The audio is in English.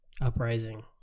uprising